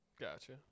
Gotcha